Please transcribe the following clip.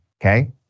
okay